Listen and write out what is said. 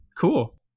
cool